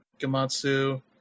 Gamatsu